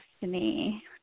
destiny